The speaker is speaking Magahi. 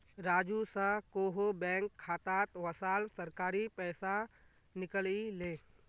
राजू स कोहो बैंक खातात वसाल सरकारी पैसा निकलई ले